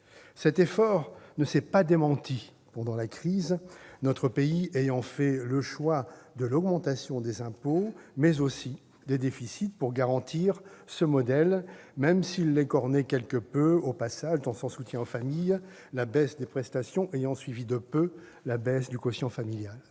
Cet effort ne s'est pas démenti pendant la crise, notre pays ayant fait le choix de l'augmentation des impôts, mais aussi des déficits pour garantir ce modèle, même s'il l'écornait quelque peu au passage dans son soutien aux familles, la baisse des prestations ayant suivi de peu la baisse du quotient familial.